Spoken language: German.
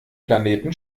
planeten